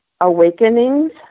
Awakenings